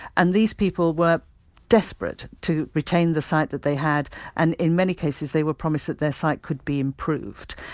and these people were desperate to retain the sight that they had and, in many cases, they were promised that their sight could be improved.